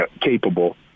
capable